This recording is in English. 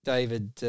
David